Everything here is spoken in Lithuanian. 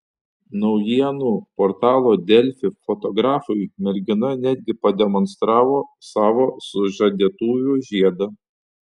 naujienų portalo delfi fotografui mergina netgi pademonstravo savo sužadėtuvių žiedą